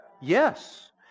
Yes